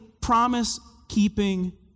promise-keeping